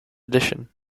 edition